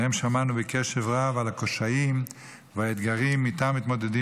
שבהם שמענו בקשב רב על הקשיים והאתגרים שאיתם מתמודדים